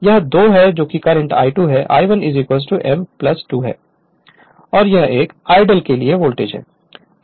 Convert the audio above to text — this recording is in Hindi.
यह 2 'है यह करंट I2 ' I1 m 2 है और यह एक आइडल के लिए वोल्टेज है